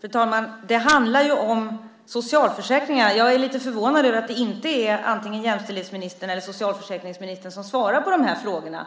Fru talman! Det handlar om socialförsäkringarna. Jag är lite förvånad över att det inte är antingen jämställdhetsministern eller socialförsäkringsministern som svarar på frågorna.